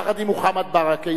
יחד עם מוחמד ברכה,